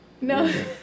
no